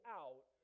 out